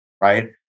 right